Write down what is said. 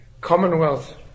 Commonwealth